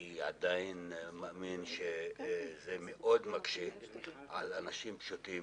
אני עדיין מאמין שזה מאוד מקשה על אנשים פשוטים